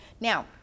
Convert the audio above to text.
Now